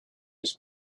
his